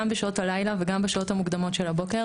גם בשעות הלילה וגם בשעות המוקדמות הבוקר,